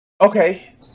okay